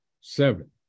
seven